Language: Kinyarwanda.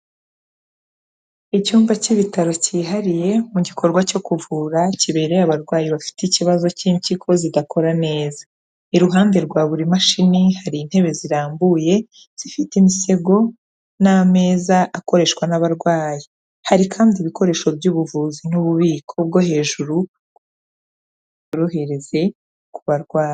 Icyumba cy'ibitaro cyihariye mu gikorwa cyo kuvura kibereye abarwayi bafite ikibazo cy'impyiko zidakora neza, iruhande rwa buri mashini hari intebe zirambuye, zifite imisego, n'ameza akoreshwa n'abarwayi, hari kandi ibikoresho by'ubuvuzi n'ububiko bwo hejuru, bohereze ku barwayi.